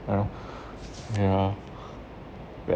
you know ya